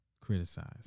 criticize